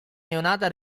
neonata